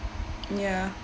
ya